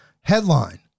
Headline